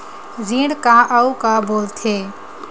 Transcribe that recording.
ऋण का अउ का बोल थे?